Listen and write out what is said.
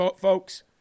folks